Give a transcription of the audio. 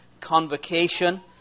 convocation